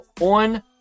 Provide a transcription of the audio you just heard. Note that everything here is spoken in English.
on